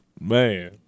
man